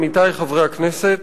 עמיתי חברי הכנסת,